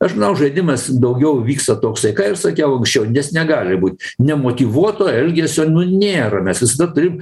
aš manau žaidimas daugiau vyksta toksai ką ir sakiau anksčiau nes negali būt nemotyvuoto elgesio nėra mes visada taip